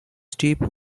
steep